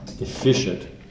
efficient